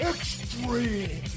Extreme